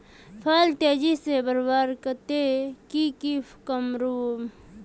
फल तेजी से बढ़वार केते की की करूम?